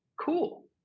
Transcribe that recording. Cool